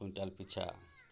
quintal ପିଛା